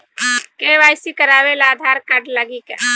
KYC करावे ला Aadhaar card लागी का?